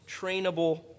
trainable